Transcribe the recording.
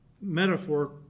metaphor